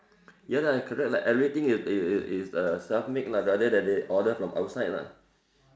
ya lah correct lah everything is is is uh self made lah rather than they order from outside lah